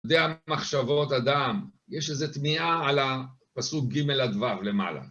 דעה ממחשבות אדם, יש איזו תמיהה על הפסוק ג' לדבר למעלה.